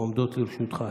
עומדות לרשותך.